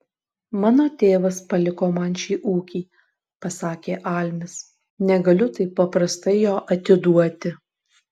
mano tėvas paliko man šį ūkį pasakė almis negaliu taip paprastai jo atiduoti